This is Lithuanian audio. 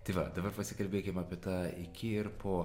tai va dabar pasikalbėkim apie tą iki ir po